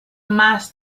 más